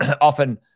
often